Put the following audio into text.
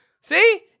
See